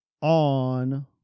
on